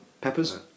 Peppers